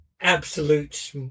absolute